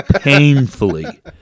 painfully